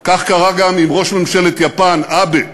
כך קרה גם עם ראש ממשלת יפן, אבה,